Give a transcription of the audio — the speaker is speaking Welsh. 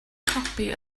copi